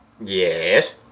Yes